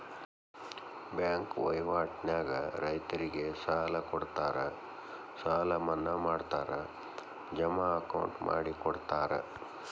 bank ವಹಿವಾಟ ನ್ಯಾಗ ರೈತರಿಗೆ ಸಾಲ ಕೊಡುತ್ತಾರ ಸಾಲ ಮನ್ನಾ ಮಾಡ್ತಾರ ಜಮಾ ಅಕೌಂಟ್ ಮಾಡಿಕೊಡುತ್ತಾರ